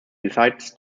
decides